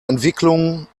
entwicklungen